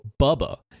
Bubba